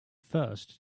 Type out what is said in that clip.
first